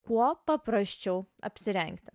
kuo paprasčiau apsirengti